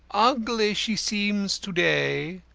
ugly she seems to-day,